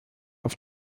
auf